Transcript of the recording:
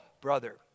brother